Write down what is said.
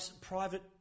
private